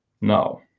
now